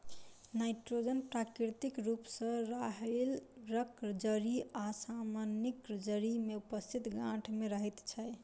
nitrogen प्राकृतिक रूप सॅ राहैड़क जड़ि आ सजमनिक जड़ि मे उपस्थित गाँठ मे रहैत छै